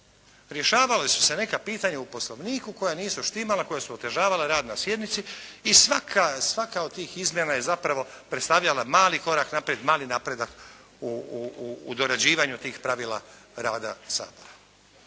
Rješavala su se neka pitanja u Poslovniku koja nisu štimala, koja su otežavala rad na sjednici i svaka od tih izmjena je zapravo predstavljala mali korak naprijed, mali napredak u dorađivanju tih pravila rada Sabora.